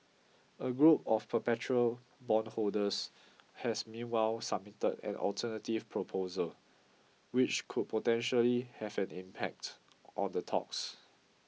a group of perpetual bondholders has meanwhile submitted an alternative proposal which could potentially have an impact on the talks